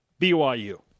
BYU